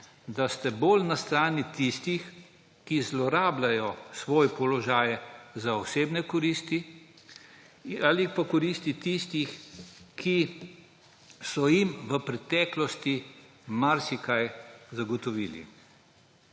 da ste bolj na strani tistih, ki zlorabljajo svoje položaje za osebne koristi ali pa koristi tistih, ki so jim v preteklosti marsikaj zagotovili.